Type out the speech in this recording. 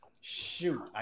shoot